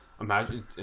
Imagine